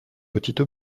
petite